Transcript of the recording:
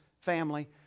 family